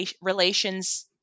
relations